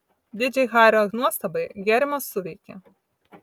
didžiai hario nuostabai gėrimas suveikė